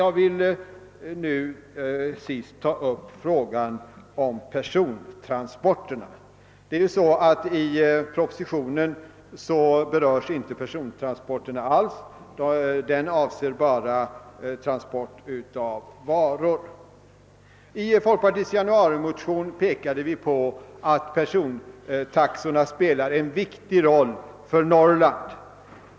Jag vill till sist ta upp frågor som gäller persontransporterna. I propositionen berörs inte alls persontransporterna, utan den avser bara transport av varor. I folkpartiets januarimotion pekade vi på att persontaxorna spelar en viktig roll för Norrland.